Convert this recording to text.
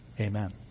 Amen